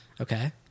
Okay